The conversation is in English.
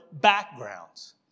backgrounds